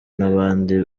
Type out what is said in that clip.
n’abandi